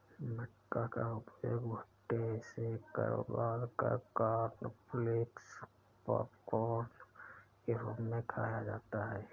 मक्का का उपयोग भुट्टे सेंककर उबालकर कॉर्नफलेक्स पॉपकार्न के रूप में खाया जाता है